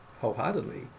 wholeheartedly